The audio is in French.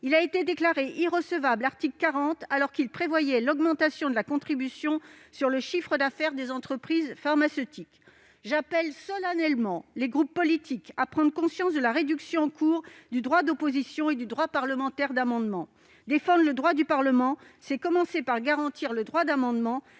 Il a été déclaré irrecevable au titre de l'article 40, alors qu'il visait à augmenter la contribution sur le chiffre d'affaires des entreprises pharmaceutiques. J'appelle solennellement les groupes politiques à prendre conscience de la réduction en cours du droit d'opposition et du droit parlementaire d'amendement. Défendre les droits du Parlement, c'est commencer par garantir le droit d'amendement,